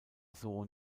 sohn